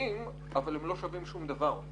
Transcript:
משמעותיים אבל הם לא שווים שום דבר.